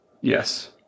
Yes